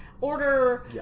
Order